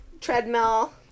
treadmill